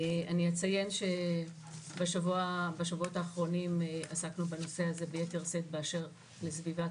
אני אציין שבשבועות האחרונים עסקנו בנושא הזה ביתר שאת באשר לסביבת